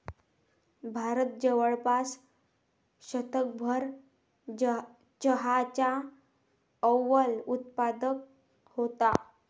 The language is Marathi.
भारत जवळपास शतकभर चहाचा अव्वल उत्पादक होता